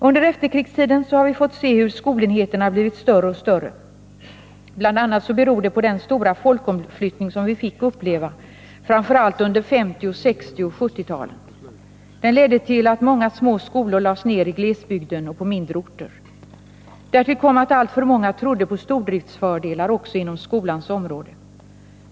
Under efterkrigstiden har vi fått se hur skolenheterna blivit större och större. Bl. a. beror det på den stora folkomflyttning som vi fick uppleva framför allt under 1950-, 1960 och 1970-talen. Den ledde till att många skolor lades ned i glesbygden och på mindre orter. Därtill kom att alltför många trodde på stordriftsfördelar också inom skolans område.